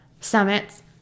summits